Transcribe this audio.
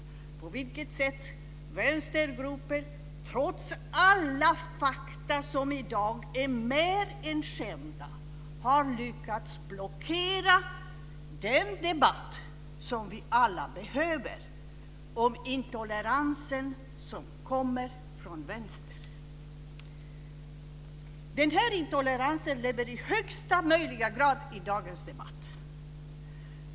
Den handlar om hur vänstergrupper, trots alla fakta som i dag är mer än kända, har lyckats blockera den debatt som vi alla behöver om intoleransen som kommer från vänster. Den här intoleransen lever i högsta möjliga grad i dagens debatt.